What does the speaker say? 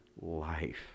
life